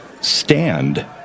stand